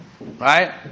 Right